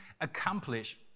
accomplish